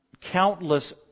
countless